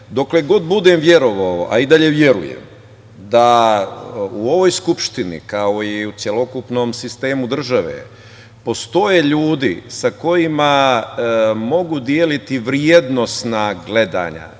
dokle god budem verovao, a i dalje verujem da u ovoj Skupštini, kao i u celokupnom sistem države postoje ljudi sa kojima mogu deliti vrednosna gledanja